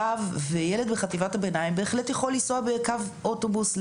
ו' ובחטיבת הביניים בהחלט יכול לנסוע לבית הספר בקו אוטובוס,